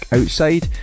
Outside